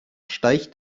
steigt